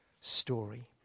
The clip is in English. story